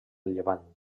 llevant